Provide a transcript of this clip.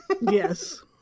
Yes